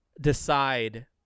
decide